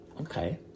Okay